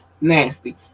nasty